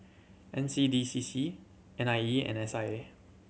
N C D C C N I E and S I A